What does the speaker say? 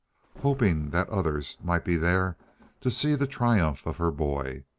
hoping that others might be there to see the triumph of her boy.